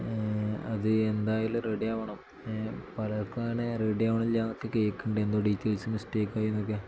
അത് എന്തായാലും റെഡി ആകണം പലർക്കും അങ്ങനെ റെഡിയ ആകണ ഞാനൊക്കെ കേൾക്കുന്നുണ്ട് എന്തോ ഡീറ്റെയിൽസ് മിസ്റ്റേക്കായി എന്നൊക്കെ